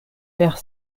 per